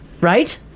right